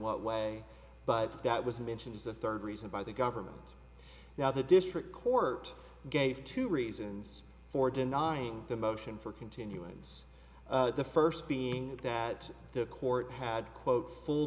what way but that was mentioned is the third reason by the government now the district court gave two reasons for denying the motion for continuance the first being that the court had quote